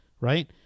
right